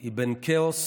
היא בין כאוס